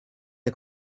der